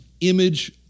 image